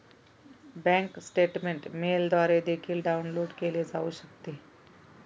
bank statement मेलद्वारे देखील download केले जाऊ शकते